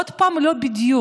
עוד פעם לא בדיוק.